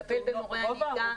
לטפל במורי הנהיגה.